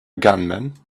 gunman